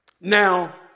Now